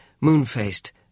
moon-faced